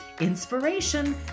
inspiration